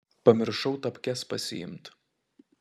pamiršau tapkes pasiimt